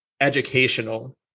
educational